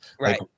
Right